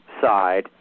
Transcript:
side